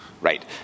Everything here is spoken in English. Right